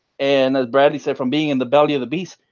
and as bradley said, from being in the belly of the beast,